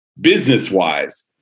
business-wise